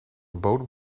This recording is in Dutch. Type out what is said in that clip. bodem